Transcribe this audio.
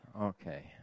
Okay